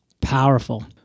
Powerful